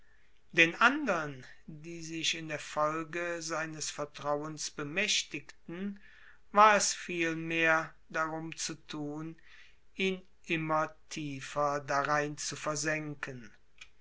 den andern die sich in der folge seines vertrauens bemächtigten war es vielmehr darum zu tun ihn immer tiefer darein zu versenken